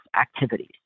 activities